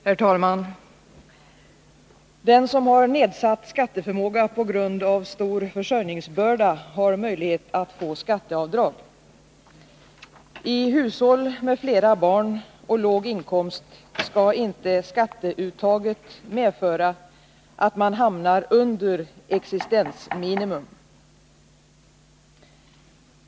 Herr talman! Den som har nedsatt skatteförmåga på grund av stor försörjningsbörda har möjlighet att få skatteavdrag. I hushåll med flera barn och låg inkomst skall inte skatteuttaget medföra att man hamnar under existensminimum.